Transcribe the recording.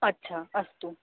अच्छा अस्तु